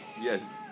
yes